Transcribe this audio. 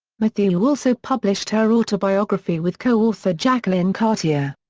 mathieu also published her autobiography with co-author jacqueline cartier.